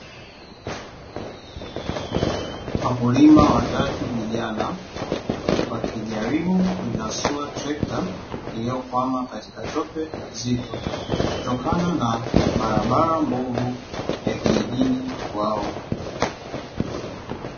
Wakulima wa tatu vijana, wakijaribu kuinasua trekta iliyo kwama katika tope zito, kutokana na barabara mbovu ya kijijini kwao.